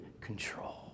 control